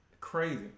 Crazy